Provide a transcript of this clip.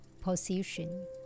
position